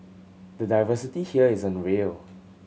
the diversity here is unreal